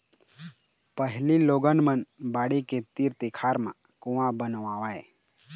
पहिली लोगन मन बाड़ी के तीर तिखार म कुँआ बनवावय